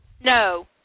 no